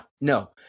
No